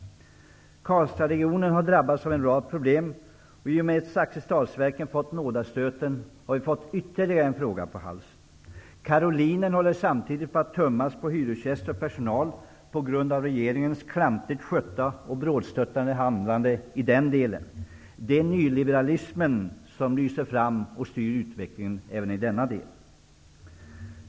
Karlstadregionen har drabbats av en rad problem. I och med att Zakrisdalsverken har fått nådastöten har vi fått ytterligare ett problem på halsen. Karolinen håller samtidigt på att tömmas på hyresgäster och personal på grund av regeringens klantigt skötta och brådstörtade handlande i den delen. Det är nyliberalismen som lyser fram och styr utvecklingen även här.